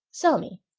sell me.